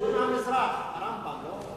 מהמזרח, הרמב"ם, לא?